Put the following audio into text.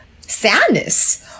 sadness